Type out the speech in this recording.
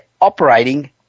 operating